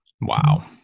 Wow